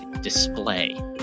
display